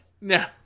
No